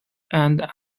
and